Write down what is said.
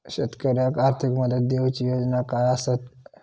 शेतकऱ्याक आर्थिक मदत देऊची योजना काय आसत?